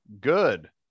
Good